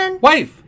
Wife